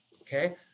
Okay